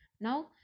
Now